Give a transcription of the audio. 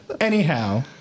Anyhow